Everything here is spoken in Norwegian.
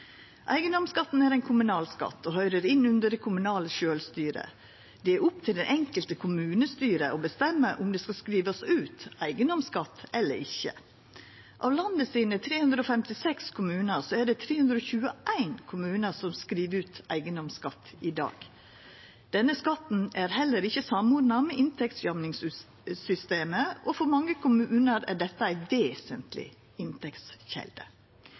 Eigedomsskatten er ein kommunal skatt og høyrer inn under det kommunale sjølvstyret. Det er opp til det enkelte kommunestyret å bestemma om det skal skrivast ut eigedomsskatt eller ikkje. Av dei 356 kommunane i landet er det 321 kommunar som skriv ut eigedomsskatt i dag. Denne skatten er heller ikkje samordna med inntektssystemet, og for mange kommunar er dette ei vesentleg inntektskjelde.